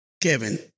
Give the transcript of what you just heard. Kevin